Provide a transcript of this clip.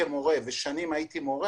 שנים הייתי מורה.